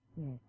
Yes